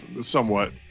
somewhat